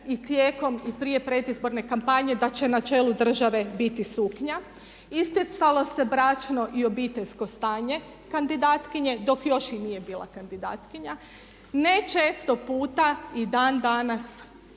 i tijekom i prije predizborne kampanje da će na čelu države biti suknja. Isticalo se bračno i obiteljsko stanje kandidatkinje dok još i nije bila kandidatkinja. Ne često puta i dan danas